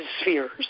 spheres